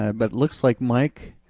it but looks like mike,